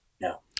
no